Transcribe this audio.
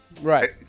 Right